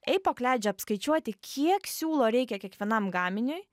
eipok leidžia apskaičiuoti kiek siūlo reikia kiekvienam gaminiui